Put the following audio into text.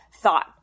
thought